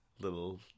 little